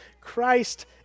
Christ